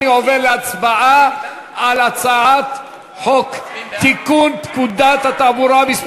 אני עובר להצבעה על הצעת חוק לתיקון פקודת התעבורה (מס'